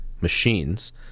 machines